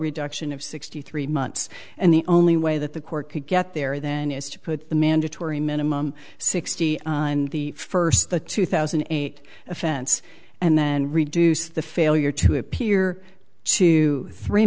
reduction of sixty three months and the only way that the court could get there then is to put the mandatory minimum sixty on the first the two thousand and eight offense and then reduce the failure to appear to three